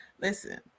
Listen